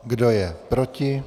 Kdo je proti?